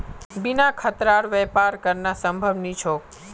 बिना खतरार व्यापार करना संभव नी छोक